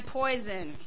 poison